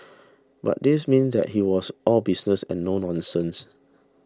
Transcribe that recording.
but this mean that he was all business and no nonsense